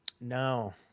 No